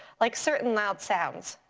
like certain loud sounds.